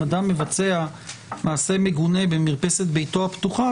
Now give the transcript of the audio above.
אם אדם מבצע מעשה מגונה במרפסת ביתו הפתוחה,